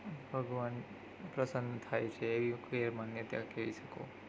ભગવાન પ્રસન્ન થાય છે એવી કે માન્યતા કહી શકો